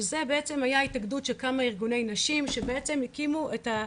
שזה בעצם היה התאגדות של כמה ארגונים נשים שבעצם הקימו את המעון.